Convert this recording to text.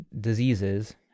diseases